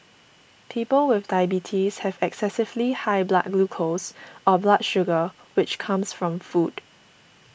people with diabetes have excessively high blood glucose or blood sugar which comes from food